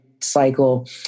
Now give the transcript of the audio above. cycle